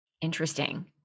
Interesting